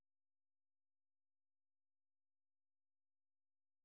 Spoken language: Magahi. पत्ता के सिकुड़े के की लक्षण होइ छइ?